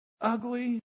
ugly